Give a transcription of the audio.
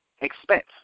expense